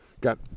Got